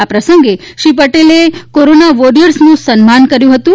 આ પ્રસંગે શ્રી પટેલે કોરોના વોરિયર્સનું સન્માન કર્યું હતું